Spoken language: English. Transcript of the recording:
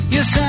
Yes